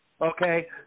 okay